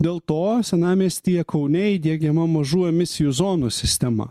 dėl to senamiestyje kaune įdiegiama mažų emisijų zonų sistema